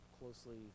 closely